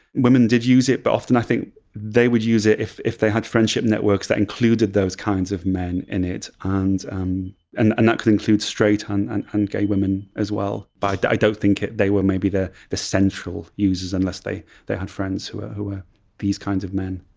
women did use it, but often i think they would use it if if they had friendship networks that included those kinds of men in it. and um and and that could include straight and and and gay women as well. but i don't think they were maybe the the central users unless they they had friends who ah who were these kinds of men.